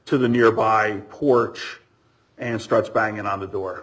to the nearby porch and starts banging on the door